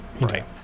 right